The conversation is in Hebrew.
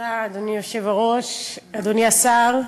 אדוני היושב-ראש, תודה, אדוני השר,